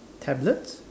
tablets